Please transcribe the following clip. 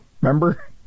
Remember